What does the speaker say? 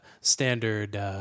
standard